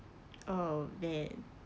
oh man